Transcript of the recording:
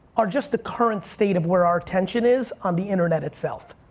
are just the current state of where our tension is on the internet itself.